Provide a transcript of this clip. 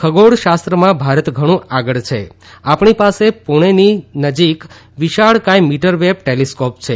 ખગોળ શાસ્ત્ર માં ભારત ઘણું આગળ છે આપણી પાસે પૂણેની નજીકવિશાળકાય મીટરવેવ ટૅલિસ્કૉપ છે